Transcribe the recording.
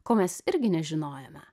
ko mes irgi nežinojome